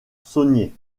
saunier